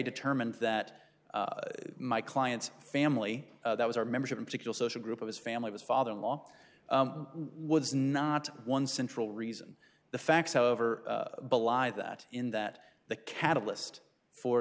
determined that my client's family that was our membership in particular social group of his family his father in law was not one central reason the facts however belie that in that the catalyst for